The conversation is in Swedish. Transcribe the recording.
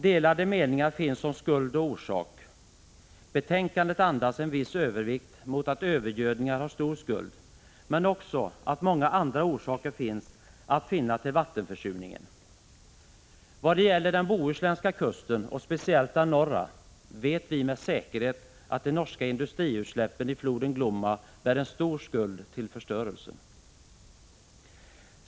Delade meningar finns om skuld och orsak. Betänkandet andas en viss övervikt mot att övergödningar har stor skuld men också att många andra orsaker står att finna till vattenförsurningen. Vad gäller den bohuslänska kusten och speciellt den norra vet vi med säkerhet att de norska industriutsläppen i floden Glomma bär en stor skuld till förstörelsen.